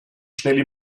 schnelle